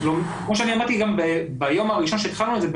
כמו שאני אמרתי גם ביום הראשון שהתחלנו עם זה,